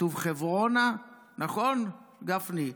כתוב "חברונה", נכון, גפני?